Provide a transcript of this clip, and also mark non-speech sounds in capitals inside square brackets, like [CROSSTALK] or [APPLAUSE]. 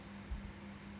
[NOISE]